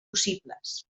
possibles